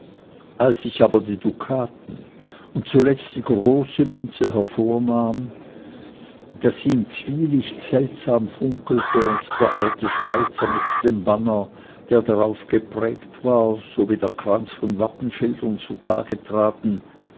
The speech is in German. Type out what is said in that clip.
als ich aber die dukaten und zuletzt die große münze hervornahm daß sie im zwielichte seltsam funkelte und der alte schweizer mit dem banner der darauf geprägt war sowie der kranz von wappenschilden zutage traten